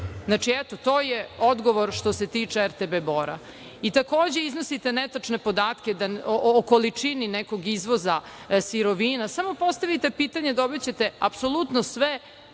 razvoju. Eto, to je odgovor što se tiče RTB Bora. Takođe, iznosite netačne podatke o količini nekog izvoza sirovina. Samo postavite pitanje, dobićete apsolutno sve